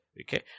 Okay